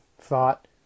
thought